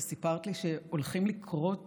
אנחנו מכירות